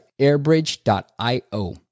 airbridge.io